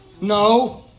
No